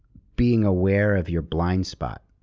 being aware of your blind spot.